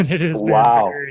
wow